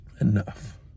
Enough